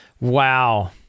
Wow